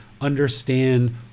understand